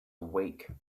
awake